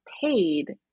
paid